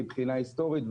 מבחינה היסטורית,